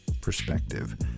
perspective